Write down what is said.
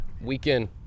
Weekend